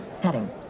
heading